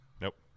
Nope